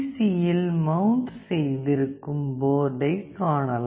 C யில் mount செய்திருக்கும் போர்டை காணலாம்